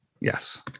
Yes